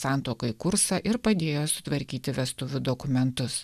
santuokai kursą ir padėjo sutvarkyti vestuvių dokumentus